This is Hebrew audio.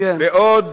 בעוד